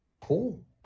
Cool